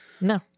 no